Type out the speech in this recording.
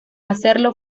hacerlo